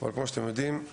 אבל כמה שאתם יודעים,